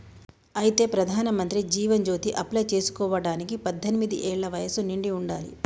అయితే ప్రధానమంత్రి జీవన్ జ్యోతి అప్లై చేసుకోవడానికి పద్దెనిమిది ఏళ్ల వయసు నిండి ఉండాలి